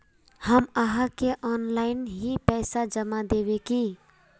हम आहाँ के ऑनलाइन ही पैसा जमा देब की?